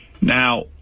Now